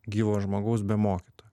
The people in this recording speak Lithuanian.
gyvo žmogaus be mokytojo